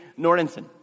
Nordenson